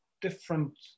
different